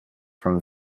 from